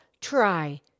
Try